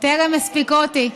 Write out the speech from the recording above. טרם הספיקותי.